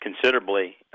considerably